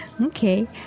Okay